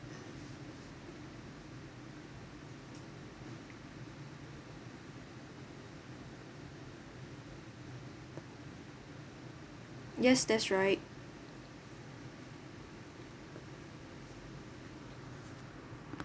yes that's right